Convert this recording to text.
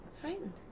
Frightened